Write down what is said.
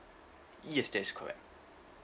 yes that is correct